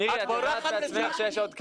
מירי, את אומרת בעצמך שיש עוד כלים.